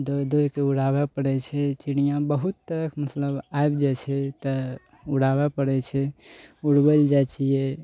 दौइड़ दौइड़के उड़ाबऽ पड़ै छै चिड़िआ बहुत तरहक मतलब आबि जाइ छै तऽ उड़ाबऽ पड़ै छै उड़बै लए जाइ छियै